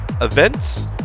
events